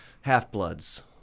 Half-bloods